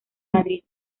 madrid